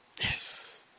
Yes